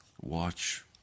watch